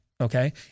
okay